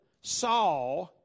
saw